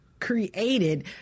created